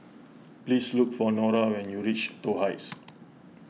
please look for Nora when you reach Toh Heights